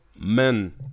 men